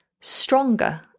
stronger